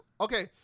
Okay